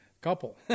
couple